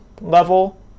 level